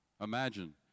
Imagine